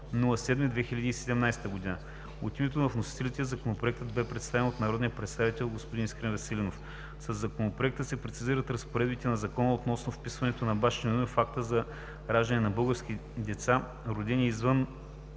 2017 г. От името на вносителите Законопроектът бе представен от народния представител господин Искрен Веселинов. Със Законопроекта се прецизират разпоредбите на Закона относно вписването на бащино име в акта за раждане на българските деца, родени извън